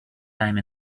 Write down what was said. time